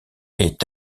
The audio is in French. est